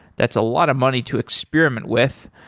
that's a lot of money to experiment with.